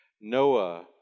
Noah